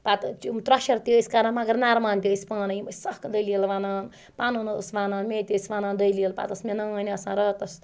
پَتہٕ یِم تٕرٛوشَر تہِ ٲسۍ کَران نَرمان تہِ ٲسۍ پانے یِم ٲسۍ سخ دٔلیٖل وَنان پَنُن ٲس وِنان مےٚ تہِ ٲسۍ دٔلیٖل پتہٕ ٲس مےٚ نانۍ آسان راتَس